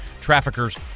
traffickers